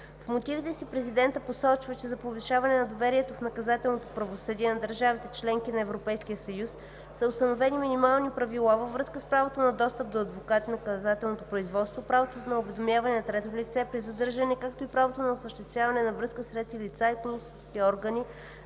В мотивите си Президентът посочва, че за повишаване на доверието в наказателното правосъдие на държавите – членки на Европейския съюз са установени минимални правила във връзка с правото на достъп до адвокат в наказателното производство, правото на уведомяване на трето лице при задържане, както и правото на осъществяване на връзка с трети лица и консулски органи